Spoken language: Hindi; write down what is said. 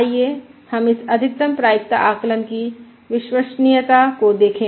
आइए हम इस अधिकतम प्रायिकता आकलन की विश्वसनीयता को देखें